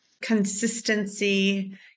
consistency